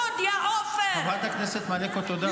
--- חברת הכנסת מלקו, תודה.